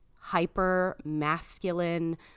hyper-masculine